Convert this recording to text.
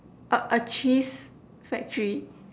a a cheese factory